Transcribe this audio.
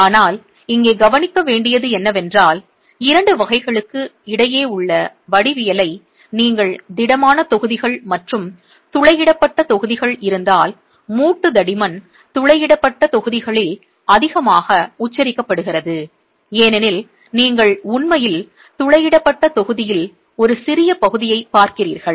ஆனால் இங்கே கவனிக்க வேண்டியது என்னவென்றால் 2 வகைகளுக்கு இடையே உள்ள வடிவியலை நீங்கள் திடமான தொகுதிகள் மற்றும் துளையிடப்பட்ட தொகுதிகள் இருந்தால் மூட்டு தடிமன் துளையிடப்பட்ட தொகுதிகளில் அதிகமாக உச்சரிக்கப்படுகிறது ஏனெனில் நீங்கள் உண்மையில் துளையிடப்பட்ட பகுதியில் ஒரு சிறிய பகுதியைப் பார்க்கிறீர்கள்